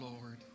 Lord